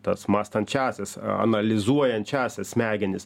tas mąstančiąsias analizuojančiąsias smegenis